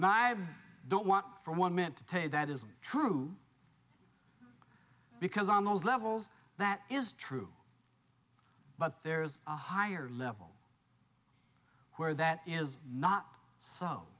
i don't want for one minute to tell you that isn't true because on those levels that is true but there's a higher level where that is not so